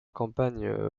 campagne